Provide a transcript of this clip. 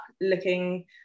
looking